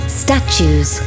statues